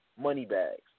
Moneybags